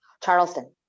Charleston